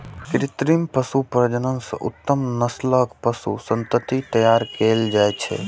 कृत्रिम पशु प्रजनन सं उत्तम नस्लक पशु संतति तैयार कएल जाइ छै